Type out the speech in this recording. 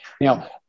Now